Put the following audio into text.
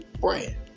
brand